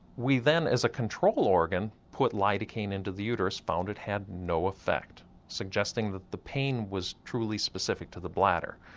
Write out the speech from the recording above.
we then as a control organ put lidocaine into the uterus and found it had no effect suggesting that the pain was truly specific to the bladder.